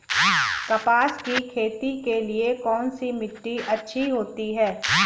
कपास की खेती के लिए कौन सी मिट्टी अच्छी होती है?